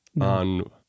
on